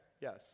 Yes